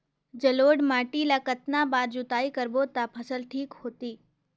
जलोढ़ माटी ला कतना बार जुताई करबो ता फसल ठीक होती?